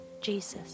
Jesus